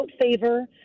favor